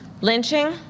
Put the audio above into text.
lynching